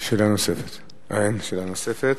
אין שאלה נוספת.